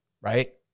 right